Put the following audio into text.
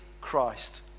Christ